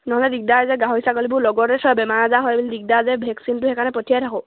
নহ'লে দিগদাৰ যে গাহৰি ছাগলীবোৰ লগতে চব বেমাৰ আজাৰ হয় বুলি দিগদাৰ যে ভেকচিনটো সেইকাৰণে পঠিয়াই থাকোঁ